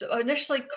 initially